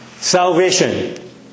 Salvation